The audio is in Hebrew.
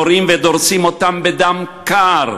יורים ודורסים אותם בדם קר.